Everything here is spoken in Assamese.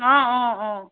অঁ অঁ অঁ